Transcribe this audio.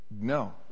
no